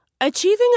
Achieving